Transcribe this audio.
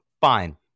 fine